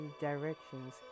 directions